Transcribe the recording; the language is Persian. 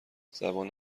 زبان